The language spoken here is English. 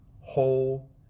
whole